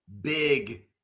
big